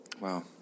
Wow